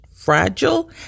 fragile